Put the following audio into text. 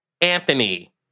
Anthony